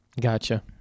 Gotcha